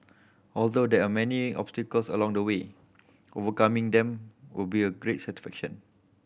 although there are many obstacles along the way overcoming them will be great satisfaction